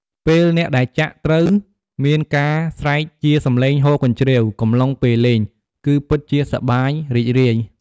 ពេលអ្នកដែលចាក់ត្រូវមានការស្រែកជាសំឡេងហ៊ោកញ្ជ្រៀវកំឡុងពេលលេង គឺពិតជាសប្បាយរីករាយ។